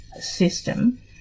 system